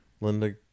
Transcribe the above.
Linda